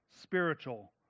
spiritual